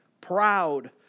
proud